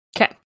okay